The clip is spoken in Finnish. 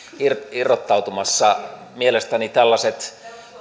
irrottautumassa mielestäni tällaiset